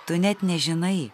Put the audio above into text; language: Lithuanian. tu net nežinai